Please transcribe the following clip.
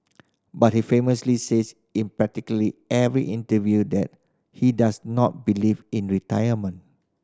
but he famously says in practically every interview that he does not believe in retirement